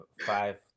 five